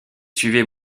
suivez